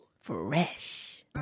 Fresh